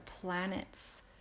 planets